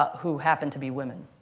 who happened to be women.